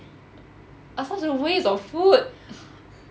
ah such a waste of food